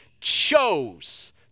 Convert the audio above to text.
chose